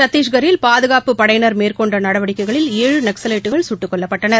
சத்திஷ்கில் பாதுகாப்புப் படையினர் மேற்கொண்டநடவடிக்கைகளில் ஏழு நக்ஸலைட்டுகள் சுட்டுக் கொல்லப்பட்டனர்